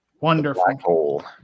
Wonderful